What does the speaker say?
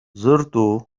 زرت